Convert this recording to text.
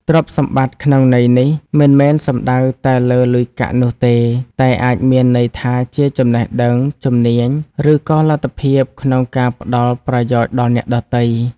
ទ្រព្យសម្បត្តិក្នុងន័យនេះ មិនមែនសំដៅតែលើលុយកាក់នោះទេ តែអាចមានន័យថាជាចំណេះដឹង ជំនាញ ឬក៏លទ្ធភាពក្នុងការផ្តល់ប្រយោជន៍ដល់អ្នកដទៃ។